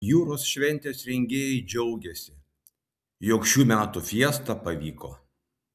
jūros šventės rengėjai džiaugiasi jog šių metų fiesta pavyko